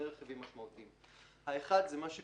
הסיפור